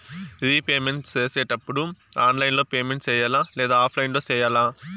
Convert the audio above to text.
repayment సేసేటప్పుడు online లో payment సేయాలా లేదా ఆఫ్లైన్ లో సేయాలా